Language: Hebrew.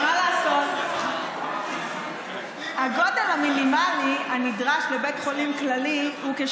אני ממש לא ידועה בתור בן אדם חרישי במיוחד.